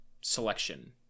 selection